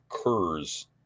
occurs